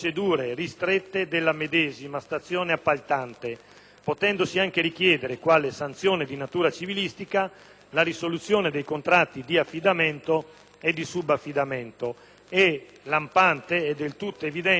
potendosi anche richiedere, quale sanzione di natura civilistica, la risoluzione dei contratti di affidamento e di subaffidamento. È del tutto evidente che l'approvazione di una norma di questo genere